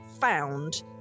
found